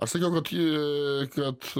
aš sakiau kad jie kad